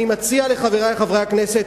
אני מציע לחברי חברי הכנסת: